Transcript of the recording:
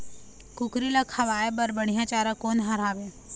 कुकरी ला खवाए बर बढीया चारा कोन हर हावे?